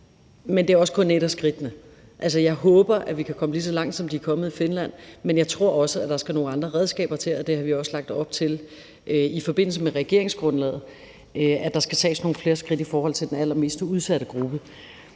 men det er også kun et af skridtene. Altså, jeg håber, at vi kan komme lige så langt, som de er kommet i Finland, men jeg tror også, at der skal nogle andre redskaber til, og det har vi også lagt op til i forbindelse med regeringsgrundlaget – at der skal tages nogle flere skridt i forhold til den allermest udsatte gruppe.